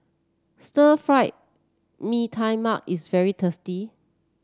Stir Fry Mee Tai Mak is very tasty